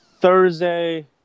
Thursday